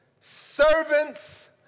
servants